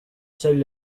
seuls